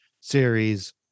series